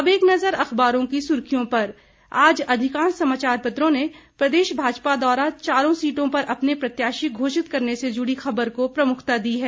अब एक नज़र अखबारों की सुर्खियों पर आज अधिकांश समाचार पत्रों ने भाजपा द्वारा चारों सीटों पर अपने प्रत्याशी घोषित करने से जुड़ी खबर को प्रमुखता दी है